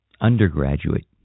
undergraduate